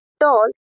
tall